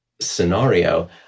scenario